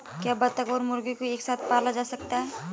क्या बत्तख और मुर्गी को एक साथ पाला जा सकता है?